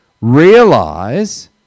realize